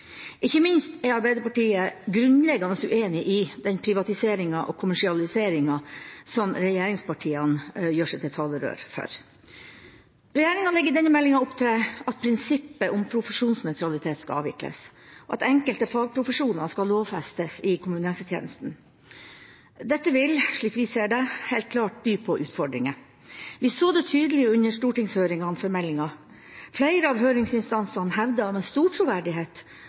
Ikke minst er Arbeiderpartiet grunnleggende uenig i den privatiseringa og kommersialiseringa som regjeringspartiene gjør seg til talsmenn for. Regjeringa legger i denne meldinga opp til at prinsippet om profesjonsnøytralitet skal avvikles, og at enkelte fagprofesjoner skal lovfestes i kommunehelsetjenesten. Dette vil, slik vi ser det, helt klart by på utfordringer. Vi så det tydelig under stortingshøringene om meldinga. Flere av høringsinstansene hevdet med stor troverdighet